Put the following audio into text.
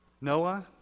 Noah